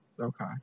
Okay